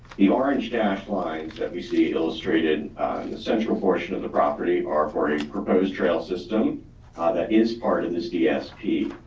the orange dashed lines that we see illustrated in the central portion of the property are for a proposed trail system that is part of this dsp.